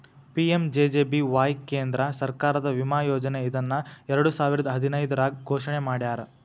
PMJJBY ಕೇಂದ್ರ ಸರ್ಕಾರದ ವಿಮಾ ಯೋಜನೆ ಇದನ್ನ ಎರಡುಸಾವಿರದ್ ಹದಿನೈದ್ರಾಗ್ ಘೋಷಣೆ ಮಾಡ್ಯಾರ